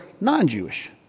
non-Jewish